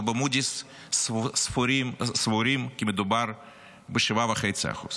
ובמודי'ס סבורים כי מדובר ב-7.5%.